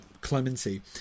clemency